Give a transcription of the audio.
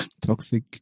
toxic